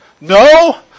No